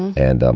and um,